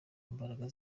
imbaraga